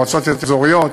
מועצות אזוריות,